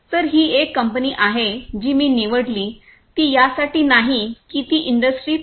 तर ही एक कंपनी आहे जी मी निवडली ती यासाठी नाही की ती इंडस्ट्री 4